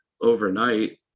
overnight